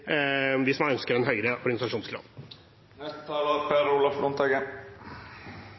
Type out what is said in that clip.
hvis man ønsker en høyere